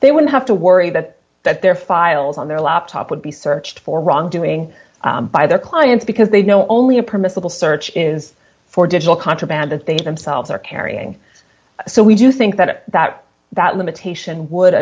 they would have to worry that that their files on their laptop would be searched for wrongdoing by their clients because they know only a permissible search is for digital contraband that they themselves are carrying so we do think that that that